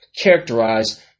characterized